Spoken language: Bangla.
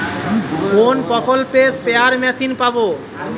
কোন প্রকল্পে স্পেয়ার মেশিন পাব?